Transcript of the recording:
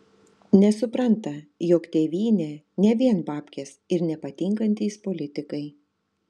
nesupranta jog tėvynė ne vien babkės ir nepatinkantys politikai